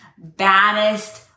baddest